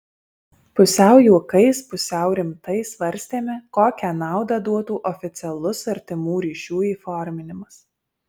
pusiau juokais pusiau rimtai svarstėme kokią naudą duotų oficialus artimų ryšių įforminimas